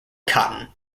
cotton